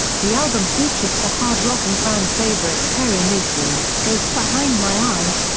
the album features the hard rocking fan favourites perry mason, ghost behind my eyes,